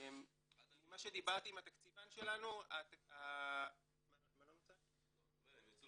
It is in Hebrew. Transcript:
ממה שדיברתי עם התקציבן שלנו --- הם יצאו